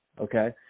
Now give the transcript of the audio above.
okay